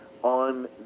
on